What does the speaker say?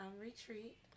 retreat